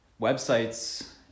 websites